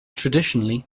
traditionally